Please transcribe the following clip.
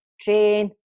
train